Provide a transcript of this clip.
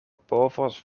povos